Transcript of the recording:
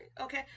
okay